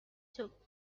took